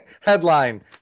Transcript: headline